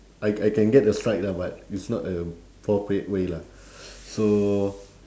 I I can get a strike lah but it's not appropriate way lah so